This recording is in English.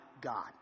God